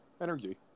energy